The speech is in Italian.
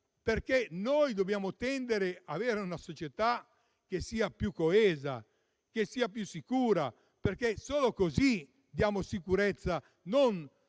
perché dobbiamo tendere a una società che sia più coesa e più sicura, perché solo così diamo sicurezza.